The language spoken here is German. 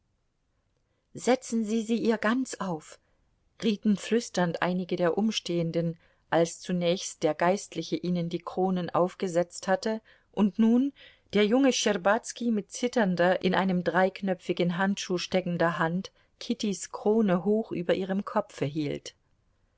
setzen sie sie ihr ganz auf rieten flüsternd einige der umstehenden als zunächst der geistliche ihnen die kronen aufgesetzt hatte und nun der junge schtscherbazki mit zitternder in einem dreiknöpfigen handschuh steckender hand kittys krone hoch über ihrem kopfe hielt